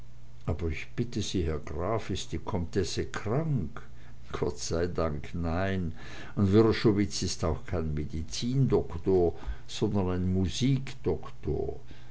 aber ich bitte sie herr graf ist die comtesse krank gott sei dank nein und wrschowitz ist auch kein medizindoktor sondern ein